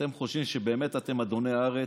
אתם חושבים שבאמת אתם אדוני הארץ.